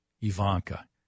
Ivanka